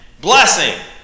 blessing